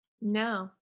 no